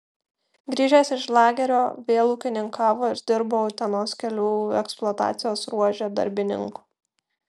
grįžęs iš lagerio vėl ūkininkavo ir dirbo utenos kelių eksploatacijos ruože darbininku